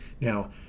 Now